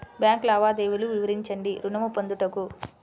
Bank లావాదేవీలు వివరించండి ఋణము పొందుటకు?